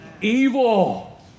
evil